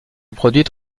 produite